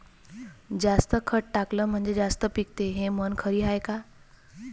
जास्त खत टाकलं म्हनजे जास्त पिकते हे म्हन खरी हाये का?